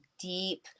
deep